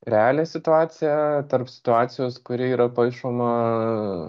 realią situaciją tarp situacijos kuri yra paišoma